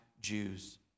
Jews